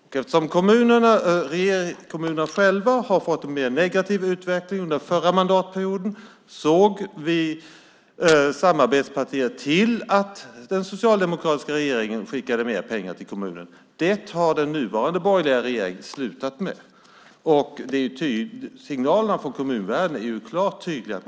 Eftersom kommunerna själva hade en negativ utveckling under förra mandatperioden såg vi samarbetspartier till att den socialdemokratiska regeringen skickade mer pengar till kommunerna. Det har den nuvarande borgerliga regeringen slutat med. Signalerna från kommunvärlden är klara och tydliga.